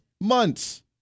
months